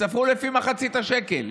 ספרו לפי מחצית השקל.